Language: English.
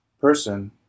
person